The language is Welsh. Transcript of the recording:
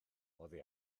oddi